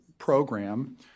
program